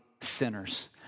sinners